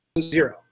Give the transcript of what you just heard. Zero